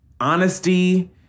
honesty